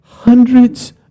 Hundreds